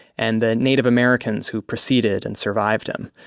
and the native americans who preceded and survived him.